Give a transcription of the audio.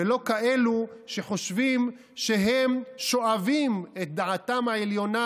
ולא כאלה שחושבים שהם שואבים את דעתם העליונה,